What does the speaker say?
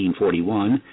1841